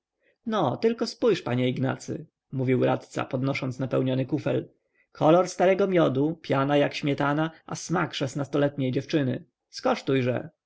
no tylko spojrzyj panie ignacy mówił radca podnosząc napełniony kufel kolor starego miodu piana jak śmietana a smak szesnastoletniej dziewczyny skosztujże